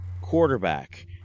quarterback